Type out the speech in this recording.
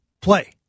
play